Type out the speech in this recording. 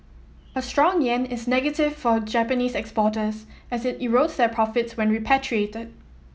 a strong yen is negative for Japanese exporters as it erodes their profits when repatriated